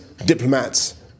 Diplomats